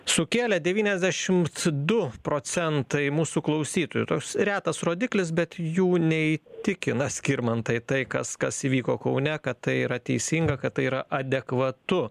sukėlė devyniasdešimt du procentai mūsų klausytojų toks retas rodiklis bet jų neįtikina skirmantai tai kas kas įvyko kaune kad tai yra teisinga kad tai yra adekvatu